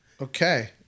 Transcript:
Okay